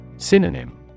Synonym